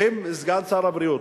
סגן שר הבריאות,